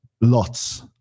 lots